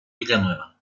villanueva